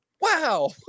Wow